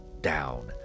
Down